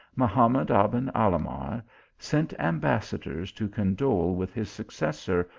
mahamad aben alahmar sent ambassadors to condole with his suc cessor,